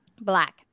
Black